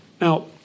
Now